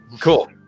Cool